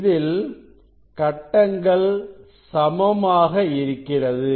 இதில் கட்டங்கள் சமமாக இருக்கிறது